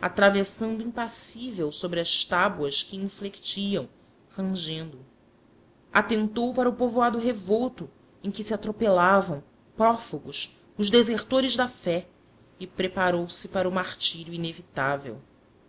atravessando impassível sobre as tábuas que inflectiam rangendo atentou para o povoado revolto em que se atropelavam prófugos os desertores da fé e preparou-se para o martírio inevitável